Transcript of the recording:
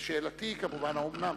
שאלתי היא, כמובן, האומנם?